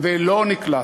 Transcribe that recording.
ולא נקלט.